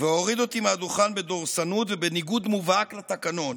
והוריד אותי מהדוכן בדורסנות ובניגוד מובהק לתקנון.